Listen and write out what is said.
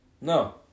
No